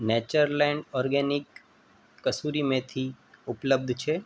Natureland organic kasuri methi ઉપલબ્ધ છે